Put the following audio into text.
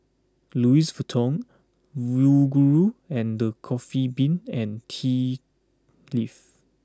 Louis Vuitton Yoguru and the Coffee Bean and Tea Leaf